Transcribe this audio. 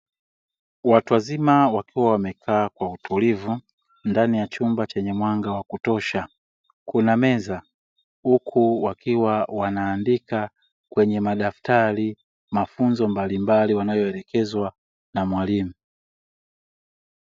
Watu wazima wakiwa wamekaa kwa utulivu, ndani ya chumba chenye mwanga wa kutosha kuna meza huku wakiwa wanaandika kwenye madaftari mafunzo mbalimbali wanayoelekezwa na wmalimu.